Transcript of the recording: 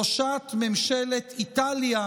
את ראשת ממשלת איטליה,